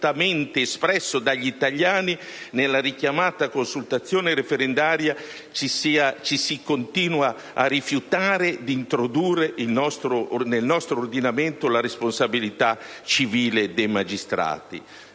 espresso dagli italiani nella richiamata consultazione referendaria, ci si continua a rifiutare di introdurre nel nostro ordinamento la responsabilità civile dei magistrati,